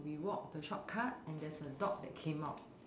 we walk the short cut and there's a dog that came out